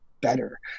better